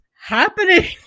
happening